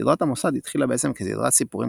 סדרת המוסד התחילה בעצם כסדרת סיפורים